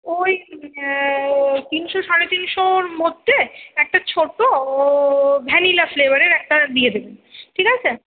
ওই তিনশো সাড়ে তিনশোর মধ্যে একটা ছোটো ভ্যানিলা ফ্লেভারের একটা দিয়ে দেবেন ঠিক আছে